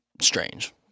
strange